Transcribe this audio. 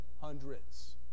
hundreds